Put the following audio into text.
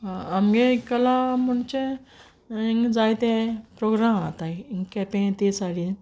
आमगे कला म्हुणचे इंग जायते प्रोग्राम जाताय इंग केपें ते सायडीन